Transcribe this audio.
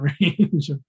range